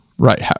Right